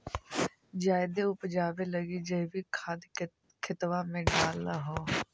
जायदे उपजाबे लगी जैवीक खाद खेतबा मे डाल हो?